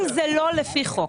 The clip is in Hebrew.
אם זה לא לפי חוק.